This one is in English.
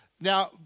now